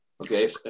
Okay